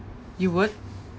you would